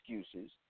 excuses